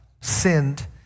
sinned